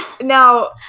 Now